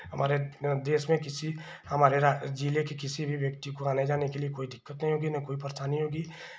हमारे देश में किसी हमारे रा जिले की किसी भी व्यक्ति को आने जाने के लिए कोइ दिक्कतें होंगी ना कोई परेशानी होगी